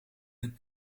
het